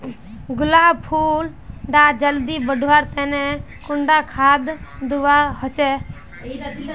गुलाब फुल डा जल्दी बढ़वा तने कुंडा खाद दूवा होछै?